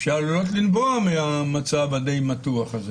שעלולות לנבוע מהמצב הדי מתוח הזה.